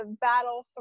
battle